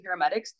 paramedics